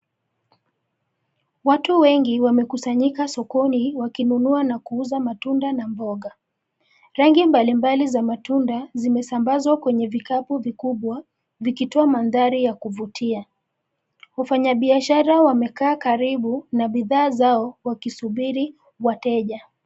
Watu wengi wamekusanyika sokoni wakinunua na kuuza matunda na mboga. Rangi mbalimbali za matunda zimesambazwa kwenye vikapu vikubwa vikitoa mandhari ya kuvutia. Wafanya biashara wamekaa karibu na bidhaa zao wakisubiri wateja.